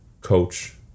coach